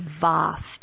vast